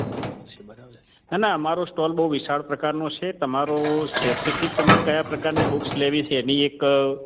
બરાબર છે બરાબર છે ના ના મારો સ્ટોલ બઉ વિશાળ પ્રકારનો છે તમારો સ્પેસિફિક તમારે કયા પ્રકારની બુક્સ લેવી છે એની એક